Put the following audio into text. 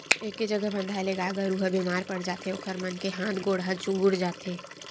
एके जघा बंधाए ले गाय गरू ह बेमार पड़ जाथे ओखर मन के हात गोड़ ह चुगुर जाथे